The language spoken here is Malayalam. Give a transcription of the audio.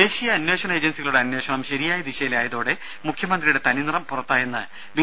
രും ദേശീയ അന്വേഷണ ഏജൻസികളുടെ അന്വേഷണം ശരിയായ ദിശയിലായതോടെ മുഖ്യമന്ത്രിയുടെ തനിനിറം പുറത്തായെന്നും ബി